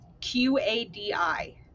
Q-A-D-I